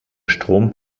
strom